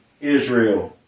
Israel